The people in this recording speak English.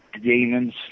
demons